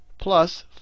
plus